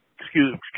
excuse